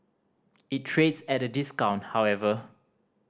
it trades at a discount however